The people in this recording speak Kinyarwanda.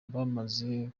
bamaze